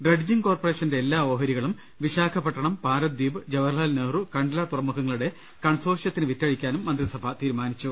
dredging കോർപ്പറേഷന്റെ എല്ലാ ഓഹരികളും വിശാഖപട്ടണം പാരദ്ധീപ് ജവഹർലാൽ നെഹ്റു കണ്ട്ല തുറമുഖ ട്രസ്റ്റുകളുടെ കൺസോർഷ്യത്തിന് വിറ്റഴിക്കാനും മന്ത്രിസഭ തീരുമാനിച്ചു